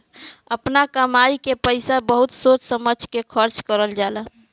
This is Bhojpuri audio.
आपना कमाई के पईसा बहुत सोच समझ के खर्चा करल जाला